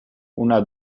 una